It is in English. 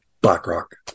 BlackRock